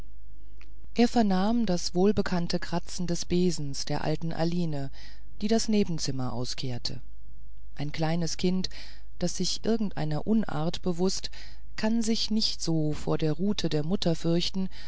er vernahm das wohlbekannte kratzen des besens der alten aline die das nebenzimmer auskehrte ein kleines kind das sich irgendeiner unart bewußt kann sich nicht so vor der rute der mutter fürchten